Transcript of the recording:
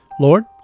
Lord